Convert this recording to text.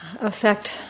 affect